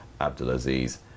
Abdulaziz